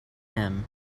him